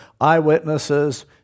eyewitnesses